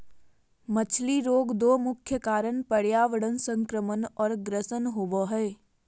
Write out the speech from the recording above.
मछली रोग दो मुख्य कारण पर्यावरण संक्रमण और ग्रसन होबे हइ